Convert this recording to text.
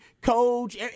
coach